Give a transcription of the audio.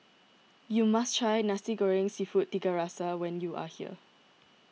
you must try Nasi Goreng Seafood Tiga Rasa when you are here